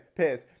piss